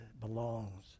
belongs